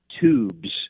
tubes